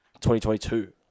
2022